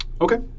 Okay